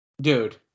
Dude